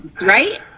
Right